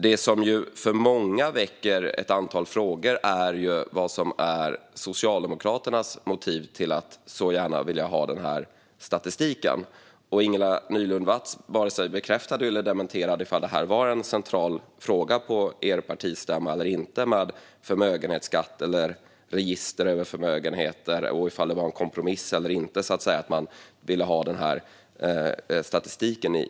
Det som för många väcker ett antal frågor är vad Socialdemokraternas motiv är till att så gärna vilja ha den här statistiken. Ingela Nylund Watz varken bekräftade eller dementerade att förmögenhetsskatt eller register över förmögenheter var en central fråga på er partistämma. Var det en kompromiss eller inte att man i stället vill ha den här statistiken?